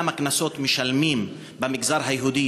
כמה קנסות משלמים במגזר היהודי,